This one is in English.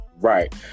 Right